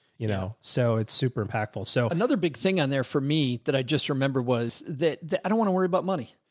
you know, so it's super impactful. so another big thing on there for me that i just remember was that that i don't want to worry about money.